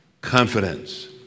confidence